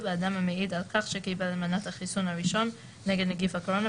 לאדם המעיד על כך שקיבל את מנת החיסון הראשונה נגד נגיף הקורונה,